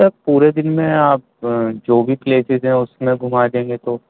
سر پورے دن میں آپ جو بھی پلیسز ہیں اس میں گھما دیں گے تو